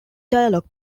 dialogue